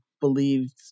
believed